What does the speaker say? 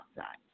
outside